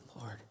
Lord